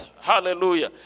Hallelujah